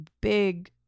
big